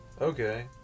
Okay